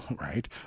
right